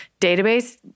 Database